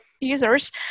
users